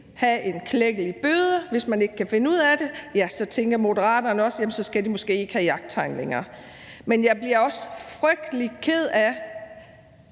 have en klækkelig bøde, hvis man ikke kan finde ud af det, og ja, så tænker Moderaterne også, at så skal de måske ikke have jagttegn længere. Men jeg bliver også frygtelig ked af